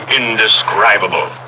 indescribable